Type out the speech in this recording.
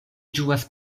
ĝuas